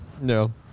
no